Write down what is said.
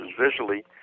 visually